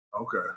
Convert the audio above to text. Okay